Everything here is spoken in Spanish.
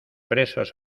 presos